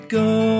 go